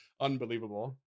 Unbelievable